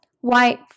white